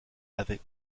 avec